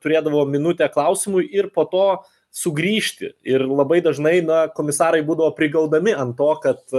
turėdavo minutę klausimui ir po to sugrįžti ir labai dažnai na komisarai būdavo prigaudami ant to kad